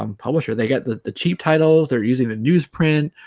um publisher they get the the cheap titles they're using the newsprint